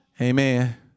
Amen